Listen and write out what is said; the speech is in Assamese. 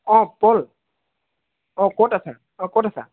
অঁ উৎপল অঁ ক'ত আছা ক'ত আছা